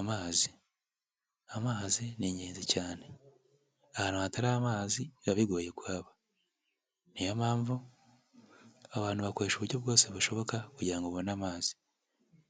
Amazi, amazi ni ingenzi cyane, ahantu hatari amazi biba bigoye kuhaba, ni yo mpamvu abantu bakoresha uburyo bwose bushoboka kugira ngo babone amazi,